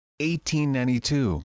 1892